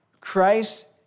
Christ